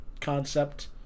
concept